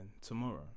tomorrow